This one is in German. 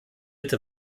bitte